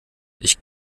ich